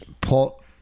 Paul